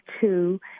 two